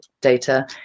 data